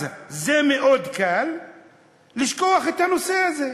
אז מאוד קל לשכוח את הנושא הזה.